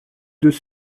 deux